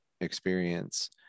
experience